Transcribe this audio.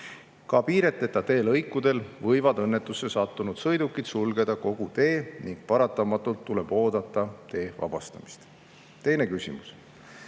Ka piireteta teelõikudel võivad õnnetusse sattunud sõidukid sulgeda kogu tee ning paratamatult tuleb oodata tee vabastamist. Teine küsimus: